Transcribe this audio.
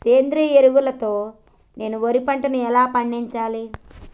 సేంద్రీయ ఎరువుల తో నేను వరి పంటను ఎలా పండించాలి?